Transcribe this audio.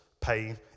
pain